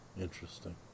Interesting